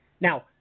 Now